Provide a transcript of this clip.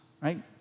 right